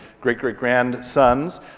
great-great-grandsons